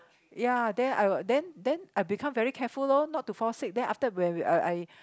ya then I will then then I become very careful loh not to fall sick then after that when I I